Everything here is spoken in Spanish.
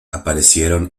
aparecieron